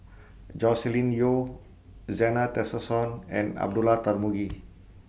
Joscelin Yeo Zena Tessensohn and Abdullah Tarmugi